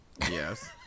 Yes